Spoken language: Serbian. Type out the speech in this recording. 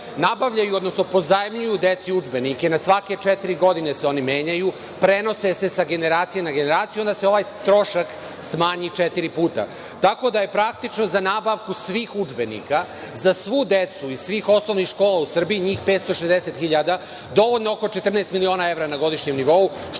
nabavljaju, odnosno pozajmljuju deci udžbenike. Na svake četiri godine se oni menjaju, prenose se sa generacije na generaciju, onda se ovaj trošak smanji četiri puta. Tako da je praktično, za nabavku svih udžbenika za svu decu osnovnih škola u Srbiji, njih 560 hiljada, dovoljno oko 14 miliona evra na godišnjem nivou,